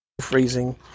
freezing